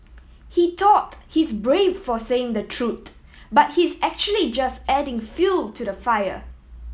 he thought he's brave for saying the truth but he's actually just adding fuel to the fire